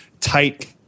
tight